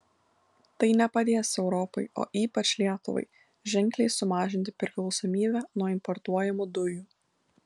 tai nepadės europai o ypač lietuvai ženkliai sumažinti priklausomybę nuo importuojamų dujų